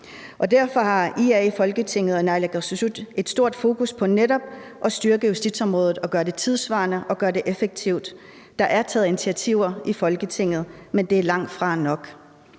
Derfor har IA i Folketinget og naalakkersuisut et stort fokus på netop at styrke justitsområdet og gøre det tidssvarende og gøre det effektivt. Der er taget initiativer i Folketinget, men det er langtfra nok.